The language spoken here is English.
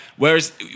Whereas